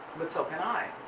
but so can i.